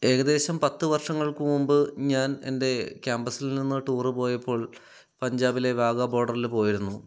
ഏകദേശം പത്തു വർഷങ്ങൾക്ക് മുൻപ് ഞാൻ എൻ്റെ കേമ്പസ്സിൽ നിന്ന് ടൂർ പോയപ്പോൾ പഞ്ചാബിലെ വാഗാ ബോഡറിൽ പോയിരുന്നു